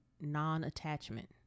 non-attachment